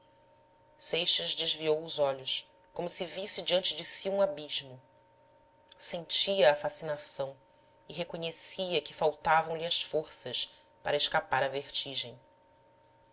seixas desviou os olhos como se visse diante de si um abismo sentia a fascinação e reconhecia que faltavam-lhe as forças para escapar à vertigem